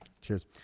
Cheers